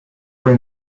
were